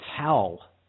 tell